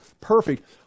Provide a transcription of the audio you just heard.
perfect